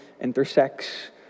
intersects